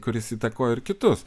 kuris įtakojo ir kitus